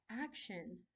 Action